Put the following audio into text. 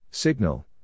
Signal